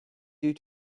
due